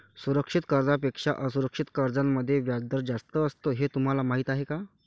सुरक्षित कर्जांपेक्षा असुरक्षित कर्जांमध्ये व्याजदर जास्त असतो हे तुम्हाला माहीत आहे का?